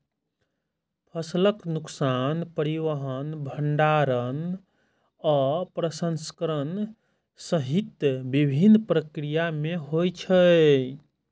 फसलक नुकसान परिवहन, भंंडारण आ प्रसंस्करण सहित विभिन्न प्रक्रिया मे होइ छै